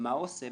ומה הוא עושה?